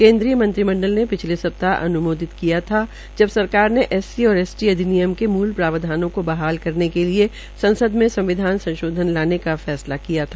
केन्द्रीय मंत्रिमंडल ने पिछले सप्ताह अन्मोदित किया था जब सरकार ने एस सी और एस टी अधिनियम के मूल प्रावधानों का बहाल करने के लिए संसद में संविधान संशोधन लाने का फैसला किया था